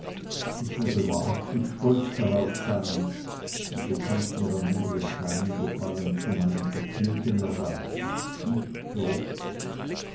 ich würde wahrhaftig stolz darauf sein und du kannst mir am ende den kleinen gefallen zu meinem vergnügen erweisen nicht so